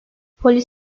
polis